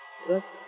because